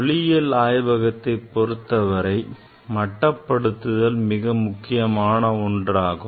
ஒளியியல் ஆய்வகத்தை பொருத்தவரை மட்டபடுத்துதல் மிக முக்கியமான ஒன்றாகும்